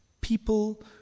People